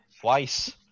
twice